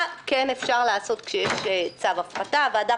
מה כן אפשר לעשות כאשר יש צו הפחתה הוועדה